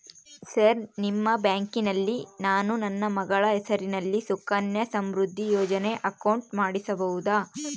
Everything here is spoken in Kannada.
ಸರ್ ನಿಮ್ಮ ಬ್ಯಾಂಕಿನಲ್ಲಿ ನಾನು ನನ್ನ ಮಗಳ ಹೆಸರಲ್ಲಿ ಸುಕನ್ಯಾ ಸಮೃದ್ಧಿ ಯೋಜನೆ ಅಕೌಂಟ್ ಮಾಡಿಸಬಹುದಾ?